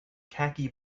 khaki